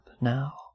now